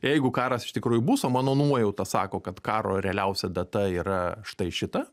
jeigu karas iš tikrųjų bus o mano nuojauta sako kad karo realiausia data yra štai šita